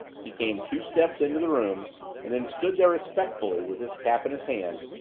he came two steps into the room and then stood there respectfully with his cap in his hand,